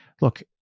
look